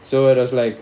so it was like